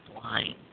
blind